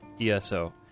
ESO